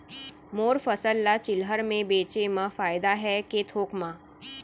मोर फसल ल चिल्हर में बेचे म फायदा है के थोक म?